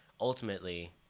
ultimately